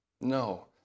No